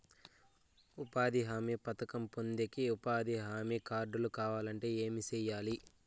ఉపాధి హామీ పథకం పొందేకి ఉపాధి హామీ కార్డు కావాలంటే ఏమి సెయ్యాలి?